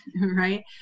right